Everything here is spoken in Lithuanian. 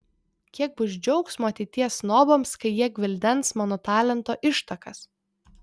kiek bus džiaugsmo ateities snobams kai jie gvildens mano talento ištakas